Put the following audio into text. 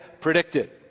predicted